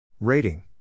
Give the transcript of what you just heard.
Rating